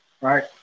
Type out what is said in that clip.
right